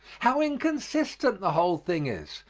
how inconsistent the whole thing is.